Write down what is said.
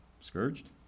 Scourged